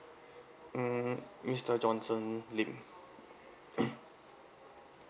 mm mister johnson lim